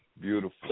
Beautiful